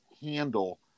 handle